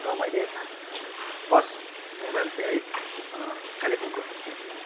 र मैले first mobile चाहिँ है कालेबुङको